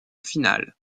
finale